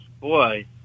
boy